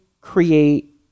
create